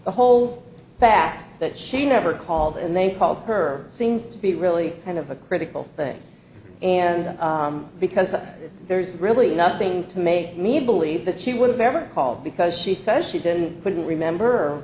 the whole fact that she never called and they called her seems to be really kind of a critical thing and because there's really nothing to make me believe that she would have ever called because she says she didn't couldn't remember